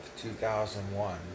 2001